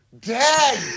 Dad